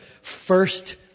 first